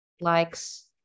likes